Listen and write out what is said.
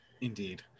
Indeed